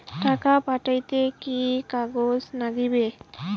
টাকা পাঠাইতে কি কাগজ নাগীবে?